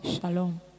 shalom